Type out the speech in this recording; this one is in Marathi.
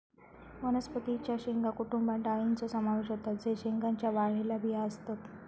वनस्पतीं च्या शेंगा कुटुंबात डाळींचो समावेश होता जे शेंगांच्या वाळलेल्या बिया असतत